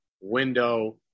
window